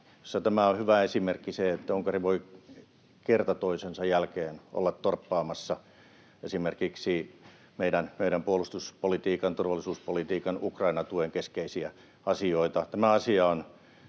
Tämä on hyvä esimerkki, että Unkari voi kerta toisensa jälkeen olla torppaamassa esimerkiksi meidän puolustuspolitiikan, turvallisuuspolitiikan, Ukraina-tuen keskeisiä asioita.